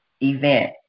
Event